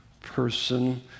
person